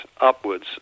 upwards